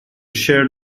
shared